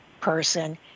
person